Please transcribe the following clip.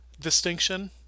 distinction